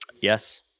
Yes